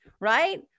right